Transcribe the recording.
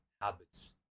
Habits